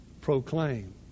proclaim